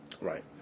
Right